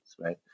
right